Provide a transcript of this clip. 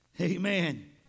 Amen